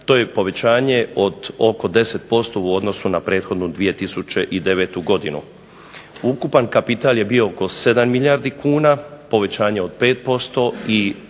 To je povećanje od oko 10% u odnosu na prethodnu 2009. godinu. Ukupan kapital je bio oko 7 milijardi kuna povećanje od 5% i